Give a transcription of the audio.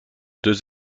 deux